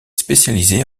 spécialisé